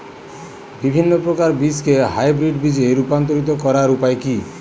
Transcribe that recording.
বিভিন্ন প্রকার বীজকে হাইব্রিড বীজ এ রূপান্তরিত করার উপায় কি?